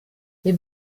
mais